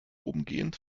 umgehend